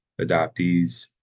adoptees